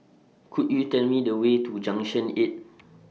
Could YOU Tell Me The Way to Junction eight